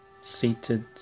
seated